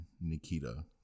Nikita